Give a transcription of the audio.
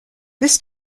this